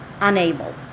unable